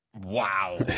Wow